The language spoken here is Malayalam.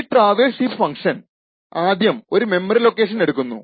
ഈ ട്രവേഴ്സ് ഹീപ്പ് ഫങ്ഷൻ ആദ്യം ഒരു മെമ്മറി ലൊക്കേഷൻ എടുക്കുന്നു